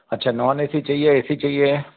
अच्छा non A C चाहिए A C चाहिए